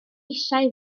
eisiau